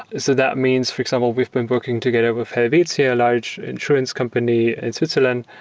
so that means, for example, we've been working together with helvetia, a large insurance company in switzerland,